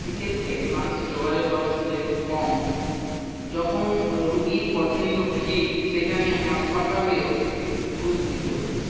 সে ক্ষেত্রে মানুষের যোগাযোগ ব্যবস্থা যেহেতু কম যখন রুগির প্রচণ্ড ভীড় সেখানে হাসপাতালেও ঘুষ দিতে হচ্ছে